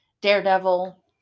Daredevil